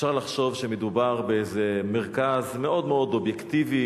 אפשר לחשוב שמדובר באיזה מרכז מאוד מאוד אובייקטיבי